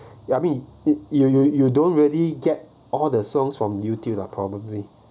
I mean you you you don't really get all the songs from YouTube lah probably